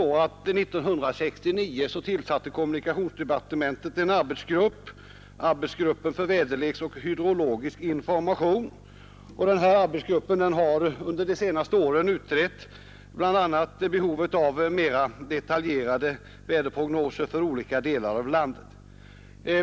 År 1969 tillsatte kommunikationsdepartementet en arbetsgrupp, arbetsgruppen för väderleksoch hydrologisk information, och den har under de senaste åren utrett bl.a. behovet av mer detaljerade väderprognoser för olika delar av landet.